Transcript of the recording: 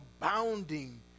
abounding